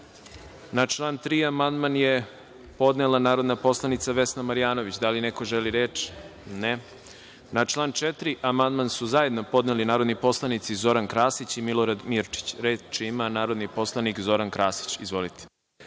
član 3. amandman je podnela narodna poslanica Vesna Marjanović. Da li neko želi reč? (Ne.)Na član 4. amandman su zajedno podneli narodni poslanici Zoran Krasić i Milorad Mirčić. Reč ima narodni poslanik Zoran Krasić. Izvolite.